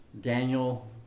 Daniel